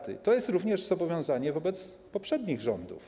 To jest również zobowiązanie poprzednich rządów.